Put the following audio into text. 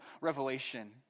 Revelation